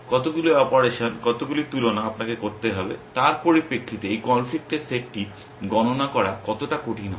কতগুলি অপারেশন কতগুলি তুলনা আপনাকে করতে হবে তার পরিপ্রেক্ষিতে এই কনফ্লিক্টের সেটটি গণনা করা কতটা কঠিন হবে